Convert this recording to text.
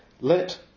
Let